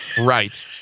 Right